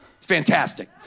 fantastic